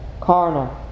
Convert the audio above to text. carnal